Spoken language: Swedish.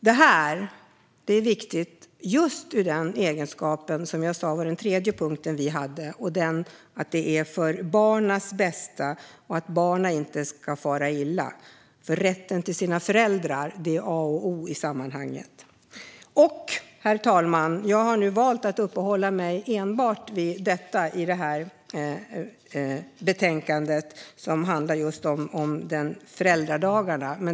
Det här är viktigt just utifrån vår tredje punkt, nämligen barnens bästa och att barnen inte ska fara illa. Deras rätt till sina föräldrar är A och O i sammanhanget. Herr talman! Jag har nu valt att i det här betänkandet uppehålla mig enbart vid det som handlar om föräldradagarna.